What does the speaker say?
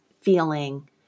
feeling